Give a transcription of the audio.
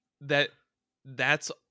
that—that's